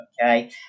okay